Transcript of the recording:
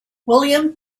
william